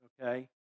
okay